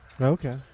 Okay